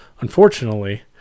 unfortunately